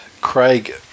Craig